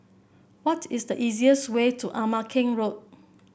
what is the easiest way to Ama Keng Road